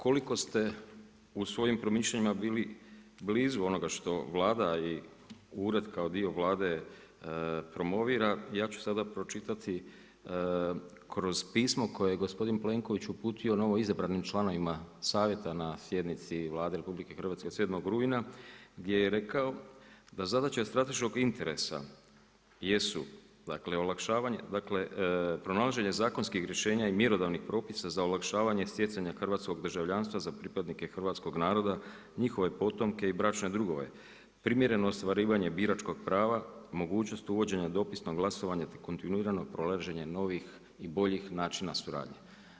Koliko ste u svojim promišljanjima bili blizu onoga što Vlada i ured kao dio Vlade promovira, ja ću sada pročitati kroz pismo koje je gospodin Plenković uputio novoizabranim članovima savjeta na sjednici Vlade RH 7. rujna gdje je rekao da zadaća strateškog interesa jesu pronalaženje zakonskih rješenja i mjerodavnih propisa za olakšavanje stjecanja hrvatskog državljanstva za pripadnike hrvatskog naroda, njihove potomke i bračne drugove, primjereno ostvarivanje biračkog prava, mogućnost uvođenja dopisnog glasovanja te kontinuirano pronalaženje novih i boljih načina suradnje.